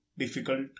difficult